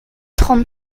trente